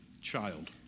child